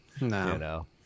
No